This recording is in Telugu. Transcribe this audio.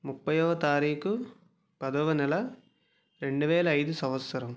ముప్పైవ తారీఖు పదవ నెల రెండు వేల ఐదు సంవత్సరం